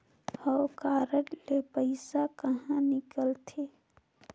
हव कारड ले पइसा कहा निकलथे?